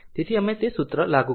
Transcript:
તેથી અમે તે સૂત્ર લાગુ કર્યું